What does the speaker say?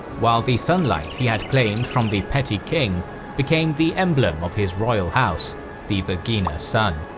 while the sunlight he had claimed from the petty king became the emblem of his royal house the vergina sun.